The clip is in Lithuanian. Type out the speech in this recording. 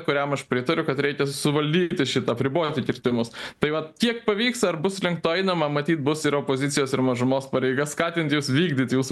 kuriam aš pritariu kad reikia suvaldyti šitą apriboti kirtimus tai vat tiek pavyks ar bus link to einama matyt bus ir opozicijos ir mažumos pareiga skatinti jus vykdyt jūsų